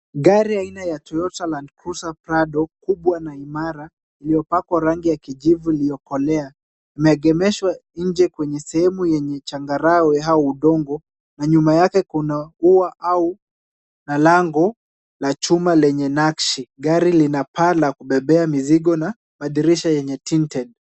Gari aina ya Toyota Land Cruiser Prado kubwa na imara iliyopakwa rangi ya kijivu iliyokolea, imeegemeshwa nje kwenye sehemu yenye changarawe au udongo na nyuma yake kuna ua au lango la chuma lenye nakshi. Gari lina paa ya kubebea mizigo na madirisha yenye tinted .